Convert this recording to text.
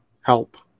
help